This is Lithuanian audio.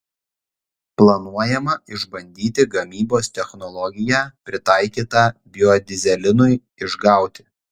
planuojama išbandyti gamybos technologiją pritaikytą biodyzelinui išgauti